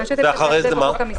מה שקבעתם בחוק המסגרת.